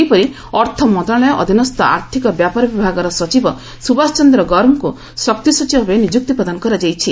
ସେହିପରି ଅର୍ଥ ମନ୍ତ୍ରଣାଳୟ ଅଧୀନସ୍ଥ ଆର୍ଥିକ ବ୍ୟାପାର ବିଭାଗର ସଚିବ ସୁବାସ ଚନ୍ଦ୍ର ଗର୍ଗଙ୍କୁ ଶକ୍ତି ସଚିବ ଭାବେ ନିଯୁକ୍ତି ପ୍ରଦାନ କରାଯାଇଛି